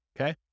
Okay